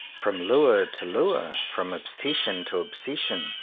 from lure to lure from obsession to obsession,